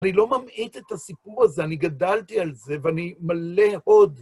אני לא ממעיט את הסיפור הזה, אני גדלתי על זה, ואני מלא עוד.